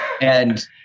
and-